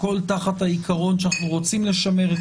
הכול תחת העקרון שאנחנו רוצים לשמר את